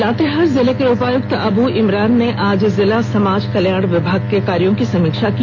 लातेहार जिले के उपायुक्त अबु इमरान ने आज जिला समाज कल्याण विभाग के कार्यो की समीक्षा की